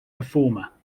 performer